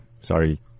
Sorry